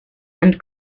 and